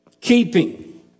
keeping